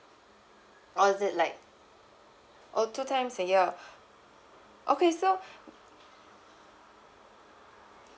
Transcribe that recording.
or is it like oh two times a year okay so